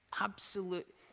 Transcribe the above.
absolute